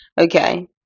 Okay